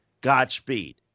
Godspeed